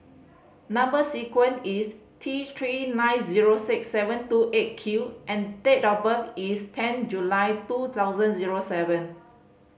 number sequence is T Three nine zero six seven two Eight Q and date of birth is ten July two thousand zero seven